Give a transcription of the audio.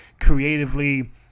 creatively